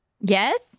Yes